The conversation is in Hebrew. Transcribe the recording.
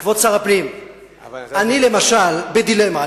כבוד שר הפנים, אני, למשל, בדילמה.